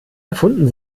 erfunden